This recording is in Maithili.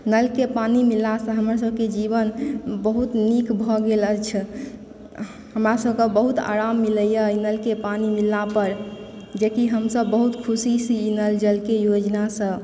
नल के पानि मिलला सॅं हमर सबके जीवन बहुत नीक भऽ गेल अछि हमरा सबके बहुत आराम मिलै यऽ नल के पानी मिलला पर जेकि हमसब बहुत ख़ुशी ई नल जल के योजना सॅं